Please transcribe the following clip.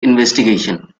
investigation